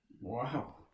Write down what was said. Wow